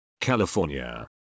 California